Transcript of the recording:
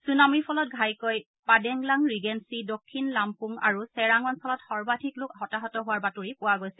চুনামিৰ ফলত ঘাইকৈ পাডেংলাং ৰিগেলি দক্ষিণ লামপুং আৰু চেৰাং অঞ্চলত সৰ্বাধিক লোক হতাহত হোৱাৰ বাতৰি পোৱা গৈছে